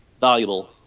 valuable